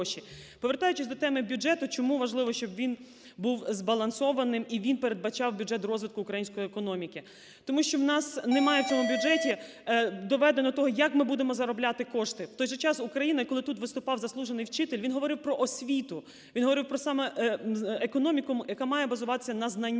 Повертаючись до теми бюджету. Чому важливо, щоб він був збалансованим і він передбачав бюджет розвитку української економіки? Тому що у нас немає в цьому бюджеті доведено того, як ми будемо заробляти кошти. В той же час Україна, коли тут виступав заслужений вчитель, він говорив про освіту, він говорив про саме економіку, яка має базуватися на знаннях.